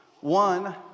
One